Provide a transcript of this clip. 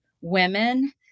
women